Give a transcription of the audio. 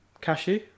Cashew